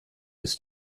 ist